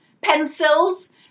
pencils